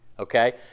Okay